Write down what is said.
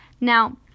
Now